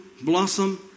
blossom